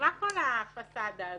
למה כל הפסדה הזאת?